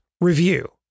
review